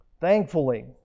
Thankfully